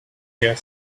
here